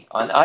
on